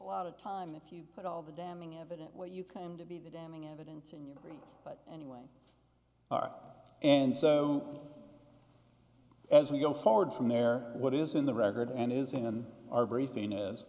a lot of time if you put all the damning evidence what you claim to be the damning evidence and you agree but anyway and so as we go forward from there what is in the record and is in our briefing